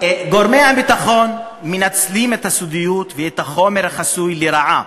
גורמי הביטחון מנצלים את הסודיות ואת החומר החסוי לרעה,